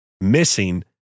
missing